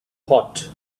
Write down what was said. hot